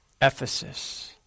Ephesus